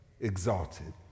exalted